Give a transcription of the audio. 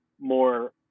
more